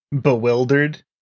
bewildered